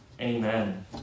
Amen